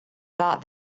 thought